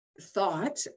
thought